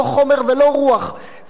לא חומר ולא רוח.